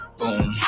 boom